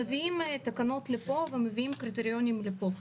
מביאים תקנות לפה ומביאים קריטריונים לפה.